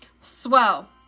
Swell